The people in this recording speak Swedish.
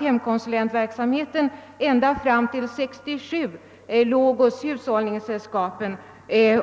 Hemkonsulentverksamheten låg ända fram till 1967 hos hushållningssällskapen,